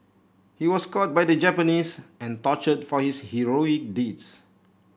he was caught by the Japanese and tortured for his heroic deeds